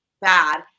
bad